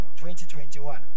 2021